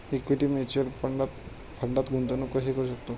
Equity mutual फंडात गुंतवणूक कशी करू शकतो?